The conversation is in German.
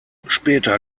später